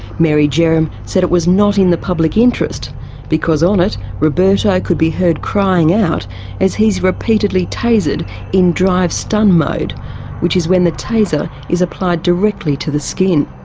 mary jerram said it was not in the public interest because on it roberto could be heard crying out as he's repeatedly tasered in drive-stun mode which is when the taser is applied directly to the skin.